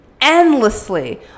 endlessly